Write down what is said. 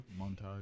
montage